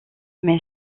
mais